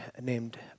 named